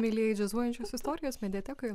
mielieji džiazuojančios istorijos mediatekoje